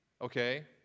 okay